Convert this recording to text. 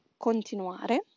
continuare